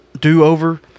do-over